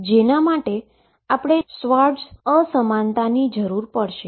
જેના માટે આપને શ્વાર્ટઝ અનીક્વાલીટીની જરૂર પડશે